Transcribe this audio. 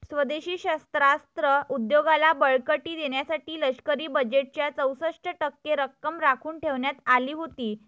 स्वदेशी शस्त्रास्त्र उद्योगाला बळकटी देण्यासाठी लष्करी बजेटच्या चौसष्ट टक्के रक्कम राखून ठेवण्यात आली होती